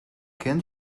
can